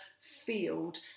field